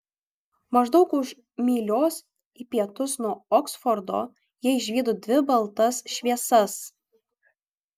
maždaug už mylios į pietus nuo oksfordo jie išvydo dvi baltas šviesas